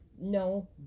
No